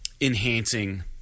enhancing